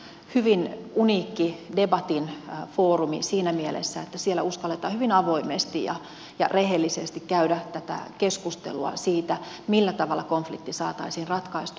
se on hyvin uniikki debatin foorumi siinä mielessä että siellä uskalletaan hyvin avoimesti ja rehellisesti käydä tätä keskustelua siitä millä tavalla konflikti saataisiin ratkaistua